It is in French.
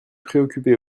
préoccupé